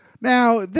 Now